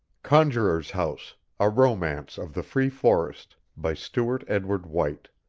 conjuror's house a romance of the free forest by stewart edward white